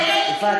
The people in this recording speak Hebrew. יפעת,